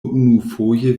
unufoje